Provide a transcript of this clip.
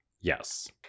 yes